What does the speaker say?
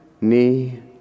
knee